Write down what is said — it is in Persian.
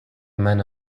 منو